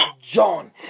John